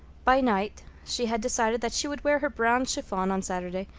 by night she had decided that she would wear her brown chiffon on saturday,